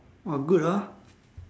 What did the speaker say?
!wah! good ah